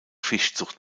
fischzucht